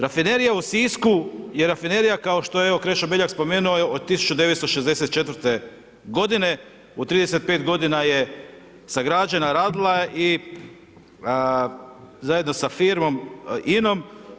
Rafinerija u Sisku je rafinerija kao što je evo Krešo Beljak spomenuo je od 1964. godine, u 35 godina je sagrađena, radila je zajedno sa firmom INA-om.